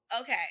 Okay